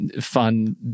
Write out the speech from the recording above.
fun